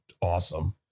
awesome